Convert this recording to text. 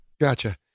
Gotcha